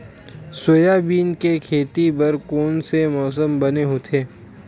Soybean के खेती बर कोन से मौसम बने होथे?